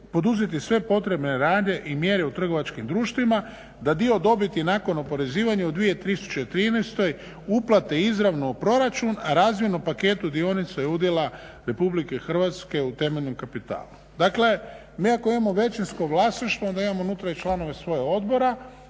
poduzeti sve potrebne radnje i mjere u trgovačkim društvima da dio dobiti nakon oporezivanja u 2013. uplate izravno u proračun, a razmjerno paketu dionica i udjela Republike Hrvatske u temeljnom kapitalu. Dakle mi ako imamo većinsko vlasništvo onda imamo unutra i članove svoga odbora